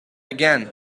again